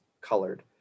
colored